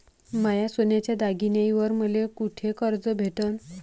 माया सोन्याच्या दागिन्यांइवर मले कुठे कर्ज भेटन?